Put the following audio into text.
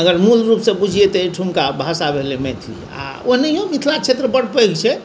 अगर मूलरूपसँ बुझिए तऽ एहिठामके भाषा भेलै मैथिली आओर ओनहिओ मिथिला क्षेत्र बड़ पैघ छै